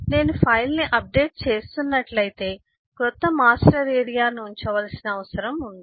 నేను ఫైల్ను అప్డేట్ చేస్తున్నట్లయితే క్రొత్త మాస్టర్ ఏరియాను ఉంచవలసిన అవసరం ఉంది